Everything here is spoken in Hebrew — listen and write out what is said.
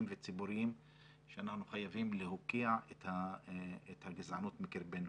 וציבוריים שאנחנו חייבים להוקיע את הגזענות מקרבנו.